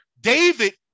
David